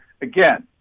Again